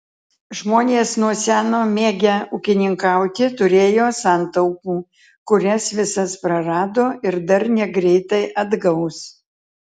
žmonės nuo seno mėgę ūkininkauti turėjo santaupų kurias visas prarado ir dar negreitai atgaus